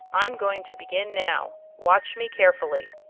i'm going to begin now. watch me carefully.